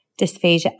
Dysphagia